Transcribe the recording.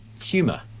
humour